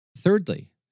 Thirdly